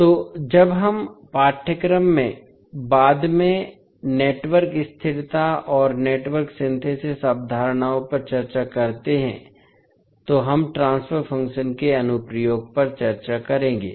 तोजब हम पाठ्यक्रम में बाद में नेटवर्क स्थिरता और नेटवर्क सिंथेसिस अवधारणाओं पर चर्चा करते हैं तो हम ट्रांसफर फ़ंक्शन के अनुप्रयोग पर चर्चा करेंगे